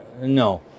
No